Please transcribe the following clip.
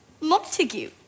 Montague